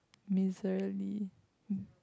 miserly